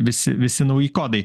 visi visi nauji kodai